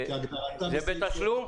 זה בתשלום?